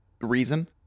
reason